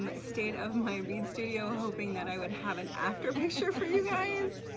um state of my bead studio hoping that i would have an after picture for you guys.